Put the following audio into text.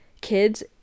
kids